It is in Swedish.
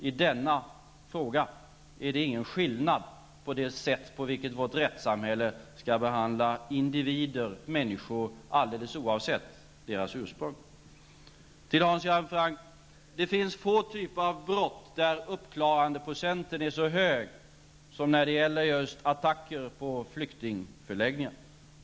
I denna fråga är det ingen skillnad på det sätt på vilket vårt rättssamhälle skall behandla individer, människor, alldeles oavsett deras ursprung. Det finns få typer av brott, Hans Göran Franck, där uppklarandeprocenten är så hög som när det gäller just attacker på flyktingförläggningar.